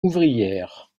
ouvrière